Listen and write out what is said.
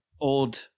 old